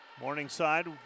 Morningside